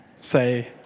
Say